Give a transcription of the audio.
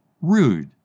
rude